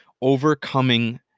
overcoming